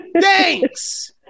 Thanks